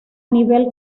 nivel